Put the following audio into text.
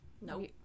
Nope